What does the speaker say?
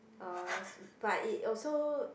uh but it also